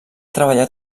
treballar